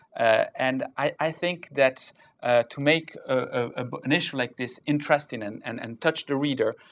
and i think that to make ah an issue like this interesting and and and touch the reader,